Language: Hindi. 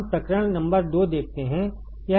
हम प्रकरण नंबर 2 देखते हैं